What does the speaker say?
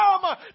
come